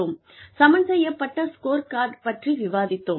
சமன் செய்யப்பட்ட score card பற்றி விவாதித்தோம்